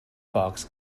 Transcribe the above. box